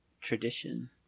tradition